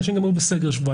אנשים גם היו בסגר שבועיים.